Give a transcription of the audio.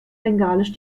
bengalisch